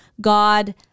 God